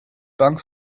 bank